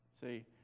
See